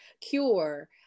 cure